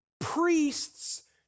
priests